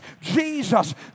Jesus